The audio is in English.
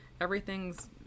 Everything's